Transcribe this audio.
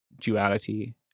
duality